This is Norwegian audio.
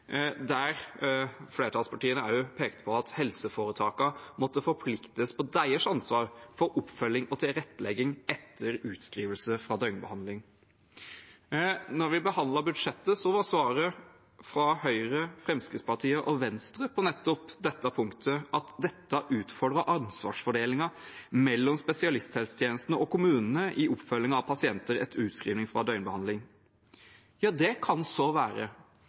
der flertallspartiene pekte på at helseforetakene måtte forpliktes på sitt ansvar for oppfølging og tilrettelegging etter utskrivelse fra døgnbehandling. Da vi behandlet budsjettet, var svaret fra Høyre, Fremskrittspartiet og Venstre på nettopp dette punktet at dette utfordret ansvarsfordelingen mellom spesialisthelsetjenesten og kommunene i oppfølgingen av pasienter etter utskriving fra døgnbehandling. Ja, det kan så være,